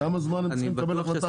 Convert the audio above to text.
כמה זמן צריך לקבל החלטה?